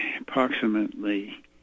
approximately